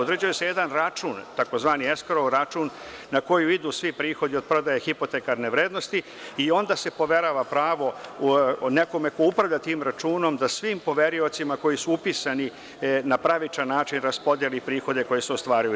Određuje se jedan račun, tzv. eskorov račun, na koji idu svi prihodi od prodaje hipotekarne vrednosti i onda se poverava pravo nekome ko upravlja tim računom da svim poveriocima koji su upisani na pravičan način raspodeli prihode koje su ostvarili.